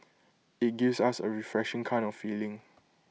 IT gives us A refreshing kind of feeling